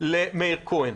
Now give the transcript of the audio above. למאיר כהן.